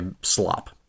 slop